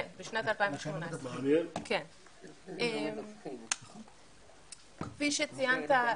כן, בשנת 2018. כפי שציינת,